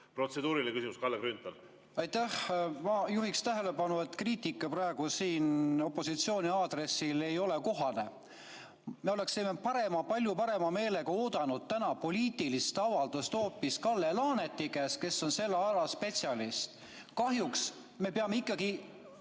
Protseduuriline küsimus, Kalle Grünthal. Aitäh! Ma juhin tähelepanu, et kriitika opositsiooni aadressil ei ole praegu kohane. Me oleksime palju parema meelega oodanud täna poliitilist avaldust hoopis Kalle Laanetilt, kes on selle ala spetsialist. Kahjuks me peame ikkagi